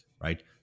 right